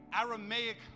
Aramaic